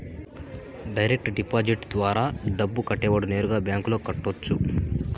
direct deposit ద్వారా డబ్బు కట్టేవాడు నేరుగా బ్యాంకులో కట్టొచ్చు